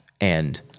And-